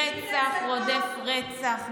רצח רודף רצח,